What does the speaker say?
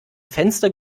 fenster